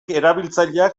erabiltzaileak